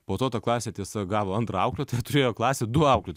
po to ta klasė tiesa gavo antrą auklėtoją turėjo klasę du auklėtojus